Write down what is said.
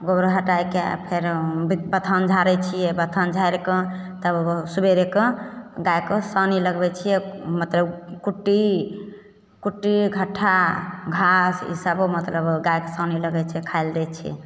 गोबर उबर हटाके फेर बथान झाड़य छियै बथान झारिके तब सुबेरेके गायके सानी लगबय छियै मतलब कुट्टी कुट्टी झट्ठा घास ई सब मतलब गायक सानी लगय छै खाइ लए दै छियै